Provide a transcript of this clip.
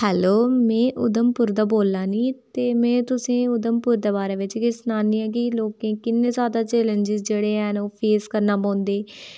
hello में उधमपुर दा बोल्ला नी ते में तुसेंईं उधमपुर दे बारे बिच्च किश सनानी आं कि लोकें किन्ने ज़्यादा चैलेंजेस जेह्ड़े हैन ओह् फेस करने पौंदे